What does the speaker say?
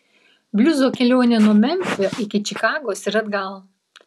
bliuzo kelionė nuo memfio iki čikagos ir atgal